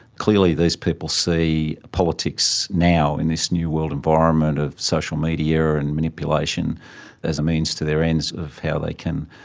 clearly these people see politics now in this new world environment of social media and manipulation as a means to their ends of how they can